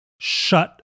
shut